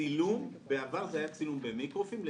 צילום, בעבר זה היה צילום במיקרופילם.